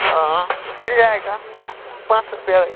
हाँ मिल जाएगा पाँच सौ रुपया